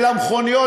אל המכוניות,